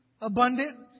abundant